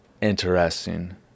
interesting